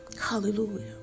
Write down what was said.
Hallelujah